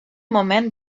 moment